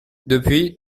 depuis